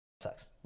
sucks